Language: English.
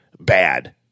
bad